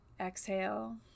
Exhale